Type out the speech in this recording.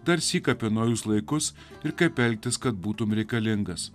darsyk apie naujus laikus ir kaip elgtis kad būtumei reikalingas